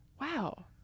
Wow